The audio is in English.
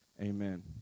amen